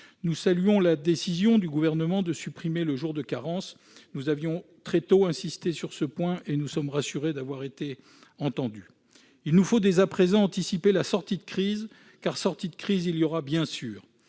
Nous saluons la décision du Gouvernement de supprimer le jour de carence. Nous avions très tôt insisté sur ce point, et nous sommes rassurés d'avoir été entendus. Il nous faut dès à présent anticiper la sortie de crise, car sortie de crise il y aura, évidemment.